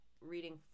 reading